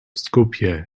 skopje